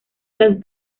las